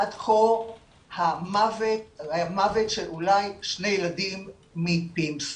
עד כה היה מוות של אולי שני ילדים מ-pims.